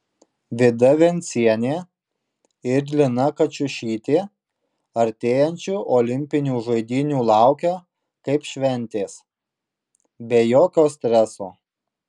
vida vencienė ir lina kačiušytė artėjančių olimpinių žaidynių laukia kaip šventės be jokio streso